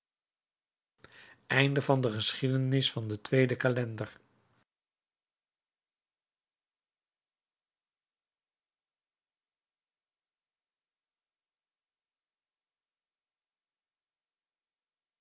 geschiedenis van den tweeden calender